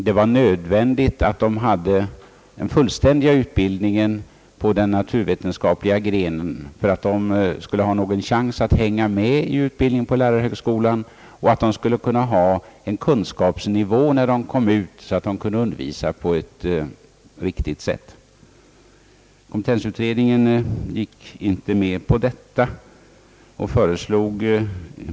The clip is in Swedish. det var nödvändigt att vederbörande hade den fullständiga utbildningen på naturvetenskapliga grenen om de skulle ha någon chans att följa med i utbildningen på lärarhögskolan och uppnå en sådan kunskapsnivå som krävs för att undervisa på ett riktigt sätt. Kompetensutredningen gick inte så på detta.